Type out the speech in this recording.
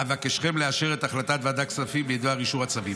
אבקשכם לאשר את החלטת ועדת הכספים בדבר אישור הצווים.